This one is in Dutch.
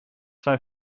zijn